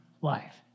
life